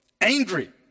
angry